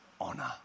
honor